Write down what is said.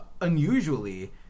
unusually